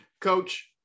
Coach